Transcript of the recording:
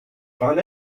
van